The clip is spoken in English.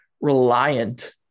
reliant